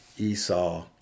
Esau